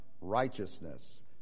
righteousness